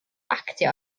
actio